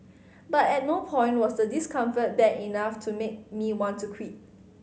but at no point was the discomfort bad enough to make me want to quit